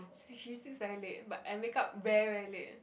she she sleeps very late but and wake up very very late eh